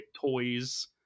toys